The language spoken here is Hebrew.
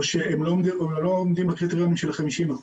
או שהם לא עומדים בקריטריונים של ה-50%,